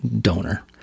donor